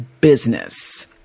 business